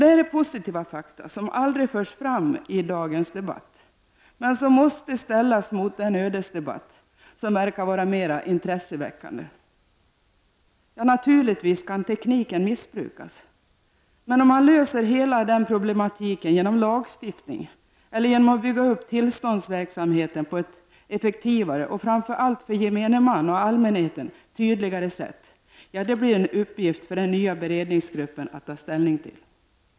Detta är positiva fakta som aldrig förs fram i dagens debatt men som måste ställas mot den ödesdebatt som verkar vara mer intresseväckande. Naturligtvis kan tekniken missbrukas, Men om dessa problem skall lösas genom lagstiftning eller genom att bygga upp tillståndsverksamheten på ett effektivare och för gemene man tydligare sätt, det blir en uppgift för den nya beredningsgruppen att ta ställning till.